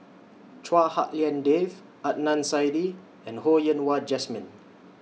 Chua Hak Lien Dave Adnan Saidi and Ho Yen Wah Jesmine